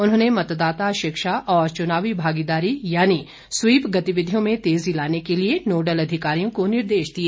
उन्होंने मतदाता शिक्षा और चुनावी भागीदारी यानि स्वीप गतिविधियों में तेजी लाने के लिए नोडल अधिकारियों को निर्देश दिए